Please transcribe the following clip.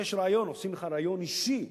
לבקש ריאיון, עושים לך ריאיון אישי,